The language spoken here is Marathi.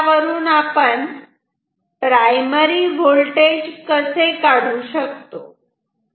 आता यावरून आपण प्रायमरी व्होल्टेज कसे काढू शकतो